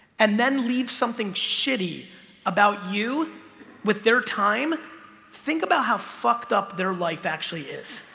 and then leave something shitty about you with their time think about how fucked up their life actually is